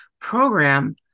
program